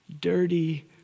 Dirty